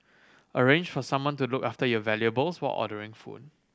arrange for someone to look after your valuables while ordering food